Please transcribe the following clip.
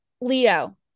Leo